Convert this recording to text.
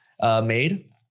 made